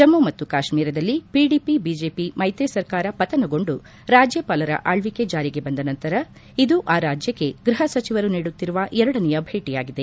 ಜಮ್ನು ಮತ್ತು ಕಾಶ್ವೀರದಲ್ಲಿ PDP BJP ಮೈತ್ರಿ ಸರ್ಕಾರ ಪತನಗೊಂಡು ರಾಜ್ಯಪಾಲರ ಆಳ್ವಿಕೆ ಜಾರಿಗೆ ಬಂದ ನಂತರ ಇದು ಆ ರಾಜ್ಯಕ್ಷೆ ಗೃಹಸಚಿವರು ನೀಡುತ್ತಿರುವ ಎರಡನೆಯ ಭೇಟಿಯಾಗಿದೆ